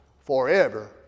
forever